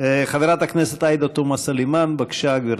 חברת הכנסת עאידה תומא סלימאן, בבקשה, גברתי.